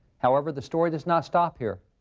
however, the story does not stop here.